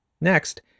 Next